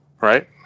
Right